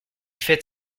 fête